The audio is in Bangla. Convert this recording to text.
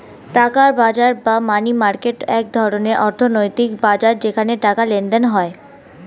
টাকার বাজার বা মানি মার্কেট এক ধরনের অর্থনৈতিক বাজার যেখানে টাকার লেনদেন হয়